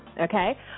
okay